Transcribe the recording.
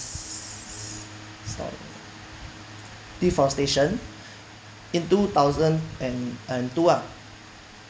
stop deforestation in two thousand and and two ah